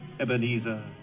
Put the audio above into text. Ebenezer